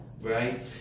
Right